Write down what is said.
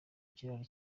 kiraro